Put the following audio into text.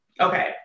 Okay